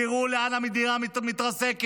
תראו לאן המדינה מתרסקת